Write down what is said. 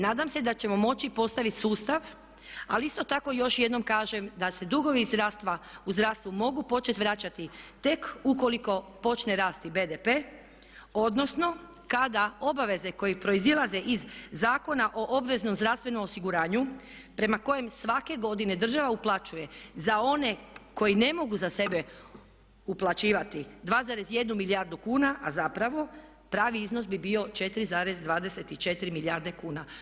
Nadam se da ćemo moći postaviti sustav ali isto tako još jednom kažem da se dugovi u zdravstvu mogu početi vraćati tek ukoliko počne rasti BDP odnosno kada obaveze koje proizlaze iz Zakona o obveznom zdravstvenom osiguranju prema kojem svake godine države uplaćuje za one koji ne mogu za sebe uplaćivati 2,1 milijardu kuna, a zapravo pravi iznos bi bio 4,24 milijarde kuna.